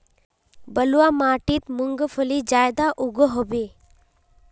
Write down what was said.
बलवाह माटित मूंगफली ज्यादा उगो होबे?